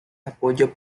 apoyo